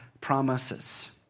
promises